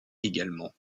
également